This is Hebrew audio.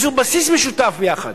איזה בסיס משותף יחד.